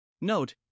note